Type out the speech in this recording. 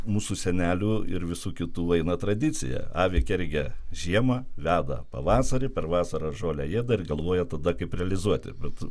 mūsų senelių ir visų kitų eina tradicija avį kergia žiemą veda pavasarį per vasarą žolėje dar galvoja tada kaip realizuoti bet